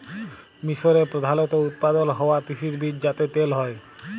মিসরে প্রধালত উৎপাদল হ্য়ওয়া তিসির বীজ যাতে তেল হ্যয়